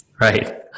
right